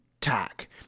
Tack